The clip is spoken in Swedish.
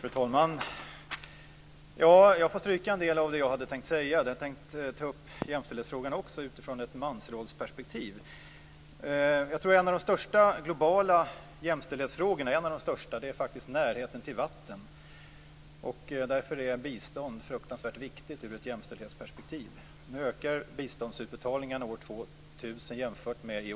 Fru talman! Jag får stryka en del av det som jag hade tänkt säga. Jag hade också tänkt ta upp jämställdhetsfrågan i ett mansrollsperspektiv. En av de största globala jämställdhetsfrågorna är faktiskt närheten till vatten. Därför är bistånd fruktansvärt viktigt i ett jämställdhetsperspektiv. Nu ökar biståndsutbetalningarna år 2000 med